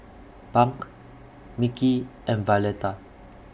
Bunk Mickey and Violeta